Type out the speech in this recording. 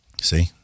see